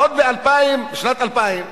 עוד בשנת 2000,